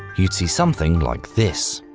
you'd see something like this.